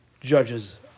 judges